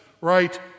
right